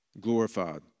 glorified